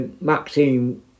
Maxine